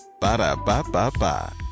Ba-da-ba-ba-ba